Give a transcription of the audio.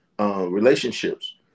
Relationships